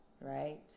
right